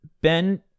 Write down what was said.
Ben